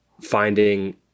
finding